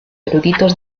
eruditos